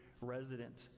resident